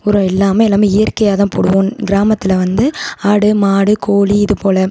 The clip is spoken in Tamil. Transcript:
உரம் இல்லாமல் எல்லாமே இயற்கையாகதான் போடுவோம் கிராமத்தில் வந்து ஆடு மாடு கோழி இது போல்